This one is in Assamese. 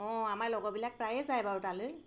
অঁ আমাৰ লগৰবিলাক প্ৰায়ে যায় বাৰু তালৈ